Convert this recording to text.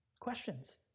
questions